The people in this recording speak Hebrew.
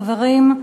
חברים,